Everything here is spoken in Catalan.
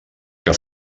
que